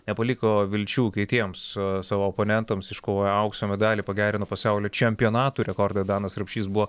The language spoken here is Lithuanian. nepaliko vilčių kitiems savo oponentams iškovojo aukso medalį pagerino pasaulio čempionatų rekordą danas rapšys buvo